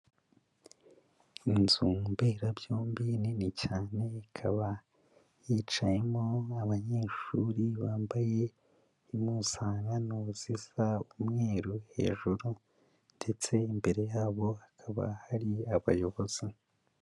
Inzu mberabyombi nini cyane, ikaba yicayemo abanyeshuri bambaye impuzankano zisa umweru hejuru ndetse imbere yabo hakaba hari abayobozi.